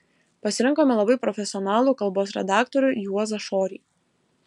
pasirinkome labai profesionalų kalbos redaktorių juozą šorį